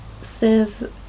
says